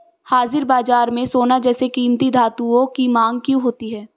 हाजिर बाजार में सोना जैसे कीमती धातुओं की मांग क्यों होती है